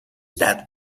that